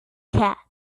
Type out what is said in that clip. cat